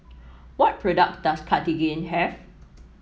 what products does Cartigain have